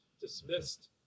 dismissed